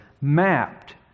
mapped